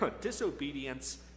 disobedience